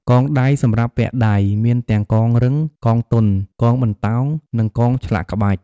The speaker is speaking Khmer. កងដៃ សម្រាប់ពាក់ដៃ មានទាំងកងរឹង កងទន់ កងបន្តោង និងកងឆ្លាក់ក្បាច់។